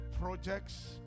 projects